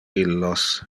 illos